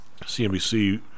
CNBC